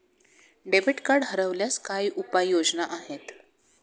Debit card हरवल्यास काय उपाय योजना आहेत?